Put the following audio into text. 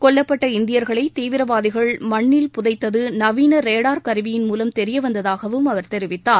கொல்லப்பட்ட இந்தியர்களை தீவிரவாதிகள் மண்ணில் புதைத்தது நவீன ரேடார் கருவியின் மூலம் தெரியவந்ததாகவும் அவர் தெரிவித்தார்